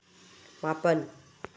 ꯃꯥꯄꯟ